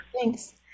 Thanks